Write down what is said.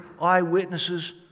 eyewitnesses